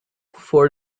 for